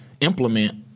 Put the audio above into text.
implement